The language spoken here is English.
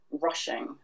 rushing